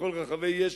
בכל רחבי יש"ע,